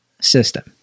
System